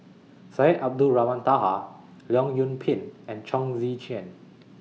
Syed Abdulrahman Taha Leong Yoon Pin and Chong Tze Chien